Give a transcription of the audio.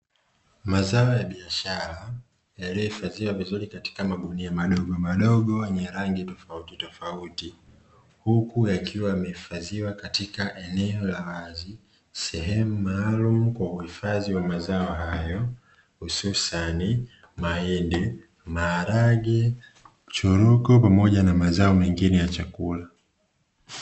Mazao ya biashara yaliyohifadhiwa vizuri katika magunia madogo madogo yenye rangi tofauti tofauti, huku yakiwa yamehifadhiwa katika eneo la wazi, sehemu maalumu kwa uhifadhi wa mazao hayo, hususan mahindi, maharage, choroko pamoja na mazao mengine ya chakula.